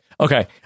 okay